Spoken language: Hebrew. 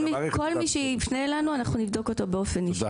כל מי שיפנה אלינו אנחנו נבדוק אותו באופן אישי.